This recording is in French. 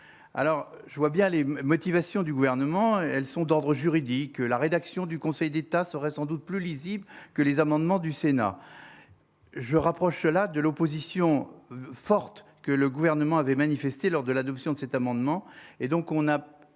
alors je vois bien les mêmes motivations du gouvernement, elles sont d'ordre juridique, la rédaction du Conseil d'État serait sans doute plus lisible que les amendements du Sénat je rapproche cela de l'opposition forte que le gouvernement avait manifesté lors de l'adoption de cet amendement et donc on a,